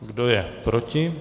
Kdo je proti?